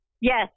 Yes